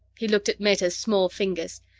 he looked at meta's small fingers.